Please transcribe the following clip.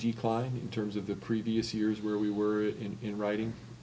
decline in terms of the previous years where we were in writing